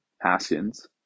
Haskins